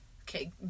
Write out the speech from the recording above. okay